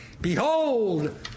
Behold